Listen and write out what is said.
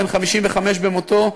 בן 55 במותו,